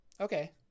Okay